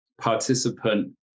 participant